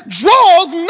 draws